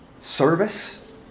service